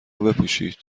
بپوشید